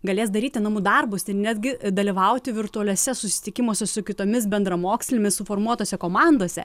galės daryti namų darbus ir netgi dalyvauti virtualiuose susitikimuose su kitomis bendramokslėmis suformuotose komandose